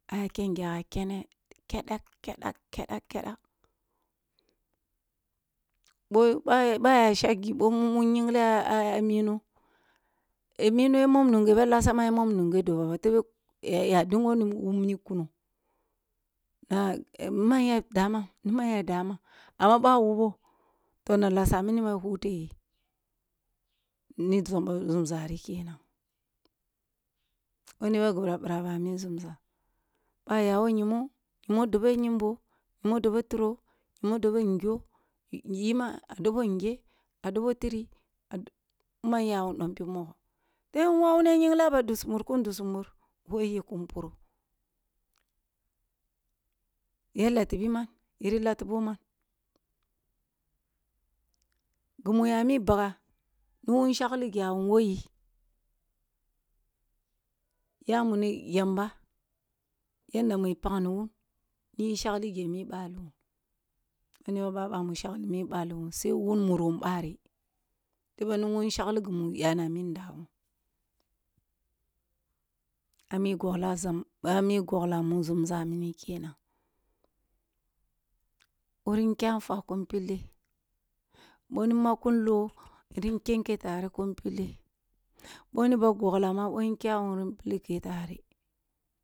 Aya kyan gyaga kene kyadak kyadak kyadak kyadele, boh aya aya shaggi boh mumu nyigle ah ah mino ya monm nungo doboh tebeh a dingo ni wub mi kuno na man ya damn ni wub mi kuno na man ya daman ni man ya damn amma boh a wubo, toh na lesa mina ma hittle ye ni gi birah ba a mi zumza boh, a yawo nyimo mu debeh nyimbo, dobeh tiro mu dobeh ngyo yima a doboh nge, a doboh tiri man yawan pib mogoh yirin wawu ba nyigh a ba dusu mut kun dusu met ko yen kun puru, ya lattibi man? Yiri lattibo man? Gum yami bagga mun shagli gyawun wwoyi ya wuni yamba yanda mu pagni wun niyi shagh geh mi bali boh noi ba banu shagli mi bal wun sai wun mumwum bari, tebeh niwun shagli gimi yamimi a mi goglah zama a mi goglah mi zumza mini kenan wurin kya fwa kin pilleh boh ni makkun loh yirin kyan ke tereh kun pilleh boh m goglah bare